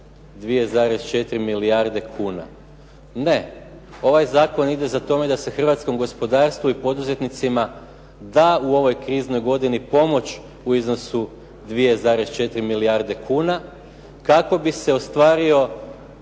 2,4 milijarde kuna. Ne, ovaj zakon ide za tome da se hrvatskom gospodarstvu i poduzetnicima da u ovoj kriznoj godini pomoć u iznosu 2,4 milijarde kuna kako bi se ostvario